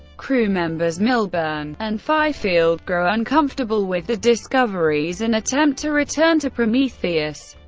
crew members millburn and fifield grow uncomfortable with the discoveries and attempt to return to prometheus,